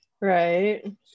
right